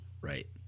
Right